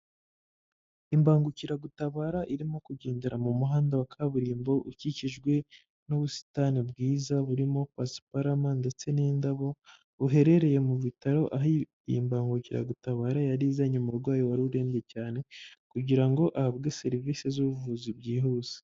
Imbangukiragutabara irimo kugendera mu muhanda wa kaburimbo ukikijwe n'ubusitani bwiza, burimo pasiparama ndetse n'indabo, buherereye mu bitaro aho iyi mbangukiragutabara yari izanye umurwayi, wari urembye cyane kugira ngo ahabwe serivisi z'ubuvuzi byihuse.